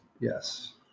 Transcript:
Yes